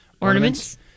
Ornaments